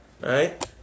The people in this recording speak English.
right